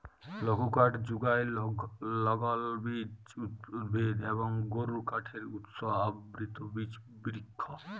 লঘুকাঠ যুগায় লগ্লবীজ উদ্ভিদ এবং গুরুকাঠের উৎস আবৃত বিচ বিরিক্ষ